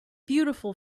beautiful